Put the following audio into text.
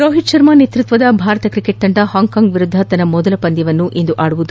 ರೋಹಿತ್ ಶರ್ಮ ನೇತೃತ್ವದ ಭಾರತ ಕ್ರಿಕೆಟ್ ತಂಡ ಪಾಂಕಾಂಗ್ ವಿರುದ್ಧ ತನ್ನ ಮೊದಲ ಪಂದ್ಯ ಆಡಲಿದೆ